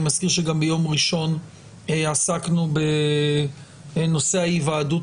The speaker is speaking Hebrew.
אני מזכיר שגם ביום ראשון עסקנו בנושא ההיוועדות